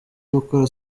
gukora